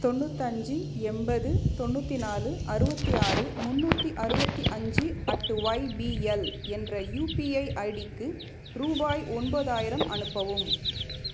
தொண்ணூற்றஞ்சி எண்பது தொண்ணூற்றி நாலு அறுபத்தி ஆறு முந்நூற்றி அறுபத்தி அஞ்சு அட்டு ஒய்பிஎல் என்ற யுபிஐ ஐடிக்கு ரூபாய் ஒன்பதாயிரம் அனுப்பவும்